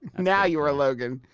now you are ah logan.